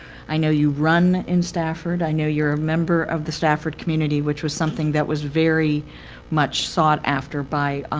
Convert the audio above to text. i know you run in stafford. i know you're a member of the stafford community, which was something that was very much sought after by